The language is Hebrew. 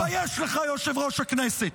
תתבייש לך, יושב-ראש הכנסת.